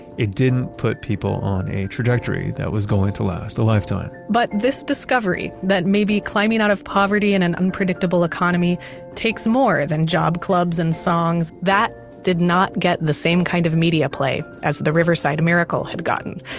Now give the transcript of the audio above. it didn't put people on a trajectory that was going to last a lifetime but this discovery that maybe climbing out of poverty in an unpredictable economy takes more than job clubs and songs that did not get the same kind of media play as the riverside miracle had gotten.